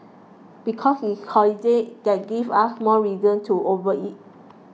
because it's a holiday that gives us more reason to overeat